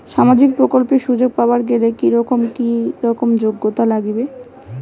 সামাজিক প্রকল্পের সুযোগ পাবার গেলে কি রকম কি রকম যোগ্যতা লাগিবে?